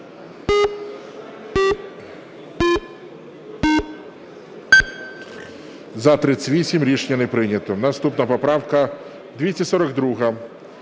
За-38 Рішення не прийнято. Наступна поправка 242.